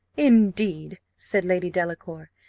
indeed! said lady delacour,